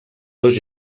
dos